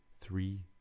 three